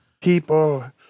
People